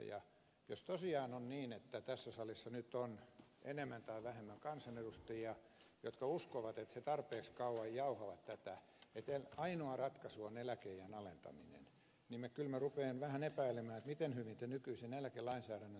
ja jos tosiaan on niin että tässä salissa nyt on enemmän tai vähemmän kansanedustajia jotka uskovat että kun he tarpeeksi kauan jauhavat tätä että ainoa ratkaisu on eläkeiän alentaminen niin kyllä minä rupean vähän epäilemään miten hyvin te nykyisen eläkelainsäädännön tunnette joka on voimassa